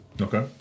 Okay